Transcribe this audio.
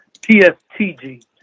PSTG